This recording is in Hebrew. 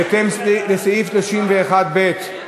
בהתאם לסעיף 31(ב)